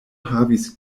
havis